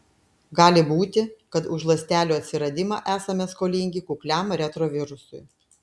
gali būti kad už ląstelių atsiradimą esame skolingi kukliam retrovirusui